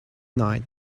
night